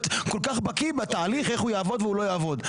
כל כך בקיא בתהליך איך הוא יעבוד ואיך לא יעבוד.